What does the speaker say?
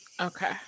okay